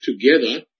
together